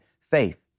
faith